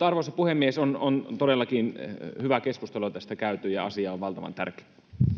arvoisa puhemies on on todellakin hyvää keskustelua tästä käyty ja asia on valtavan tärkeä